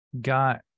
got